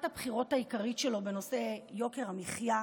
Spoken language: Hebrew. הבחירות העיקרית שלו בנושא יוקר המחיה,